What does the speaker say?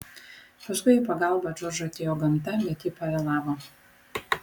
paskui į pagalbą džordžui atėjo gamta bet ji pavėlavo